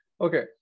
Okay